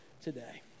today